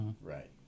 right